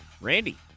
Randy